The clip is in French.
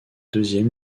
deuxième